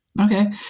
Okay